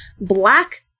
Black